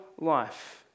life